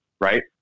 right